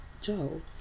Joe